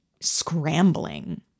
scrambling